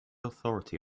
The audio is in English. authority